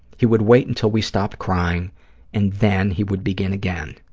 he would wait until we stopped crying and then he would begin again.